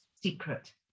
secret